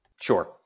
Sure